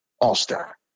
all-star